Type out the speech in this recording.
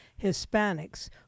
Hispanics